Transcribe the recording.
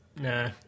Nah